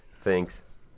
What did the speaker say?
thanks